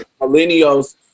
millennials